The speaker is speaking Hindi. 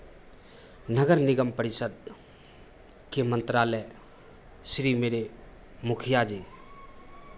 नगर निगम परिषद के मंत्रालय श्री मेरे मुखिया जी